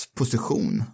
position